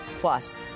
Plus